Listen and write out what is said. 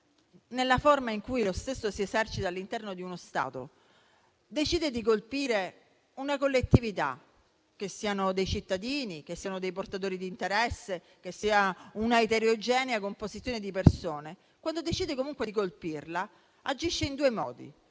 nella forma in cui lo stesso si esercita all'interno di uno Stato, decide di colpire una collettività, che siano dei cittadini, che siano dei portatori di interesse, che sia una eterogenea composizione di persone, agisce in due modi.